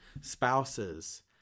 Spouses